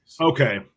Okay